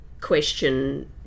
question